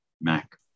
Mac